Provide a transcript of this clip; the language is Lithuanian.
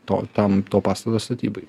to tam to pastato statybai